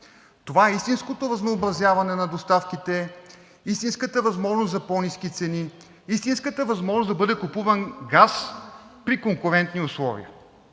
Това е истинското разнообразяване на доставките, истинската възможност за по-ниски цени, истинската възможност да бъде купуван газ при конкурентни условия.